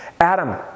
Adam